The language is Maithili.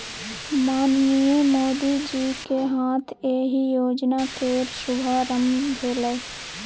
माननीय मोदीजीक हाथे एहि योजना केर शुभारंभ भेलै